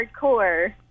hardcore